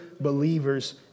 believers